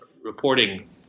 reporting